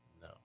No